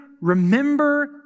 remember